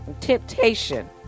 Temptation